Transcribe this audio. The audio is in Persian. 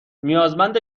نیازمند